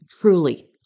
truly